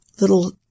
little